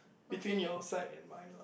between your side and mine lah